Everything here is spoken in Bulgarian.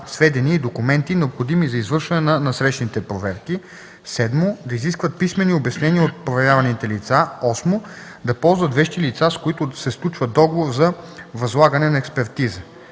сведения и документи, необходими за извършване на насрещните проверки; 7. да изискват писмени обяснения от проверяваните лица; 8. да ползват вещи лица, с които се сключва договор за възлагане на експертиза;